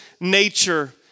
nature